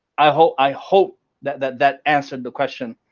i hope i hope that that that answered the question.